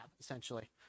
essentially